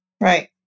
right